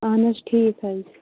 اَہن حظ ٹھیٖک حظ